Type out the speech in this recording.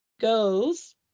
goes